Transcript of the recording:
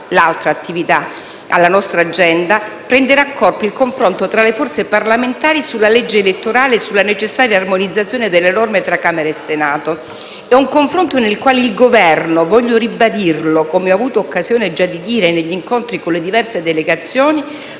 l'altra attività - «alla nostra agenda, prenderà corpo il confronto tra le forze parlamentari sulla legge elettorale e sulla necessaria armonizzazione delle norme tra Camera e Senato. È un confronto nel quale il Governo - voglio ribadirlo, come ho avuto occasione già di dire negli incontri con le diverse delegazioni